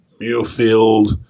Muirfield